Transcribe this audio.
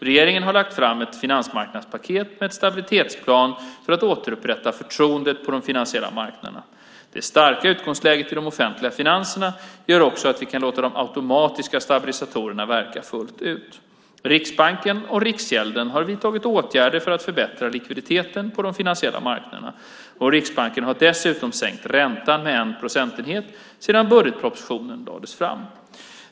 Regeringen har lagt fram ett finansmarknadspaket med en stabilitetsplan för att återupprätta förtroendet på de finansiella marknaderna. Det starka utgångsläget i de offentliga finanserna gör också att vi kan låta de automatiska stabilisatorerna verka fullt ut. Riksbanken och Riksgälden har vidtagit åtgärder för att förbättra likviditeten på de finansiella marknaderna, och Riksbanken har dessutom sänkt räntan med 1 procentenhet sedan budgetpropositionen lades fram.